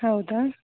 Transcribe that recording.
ಹೌದಾ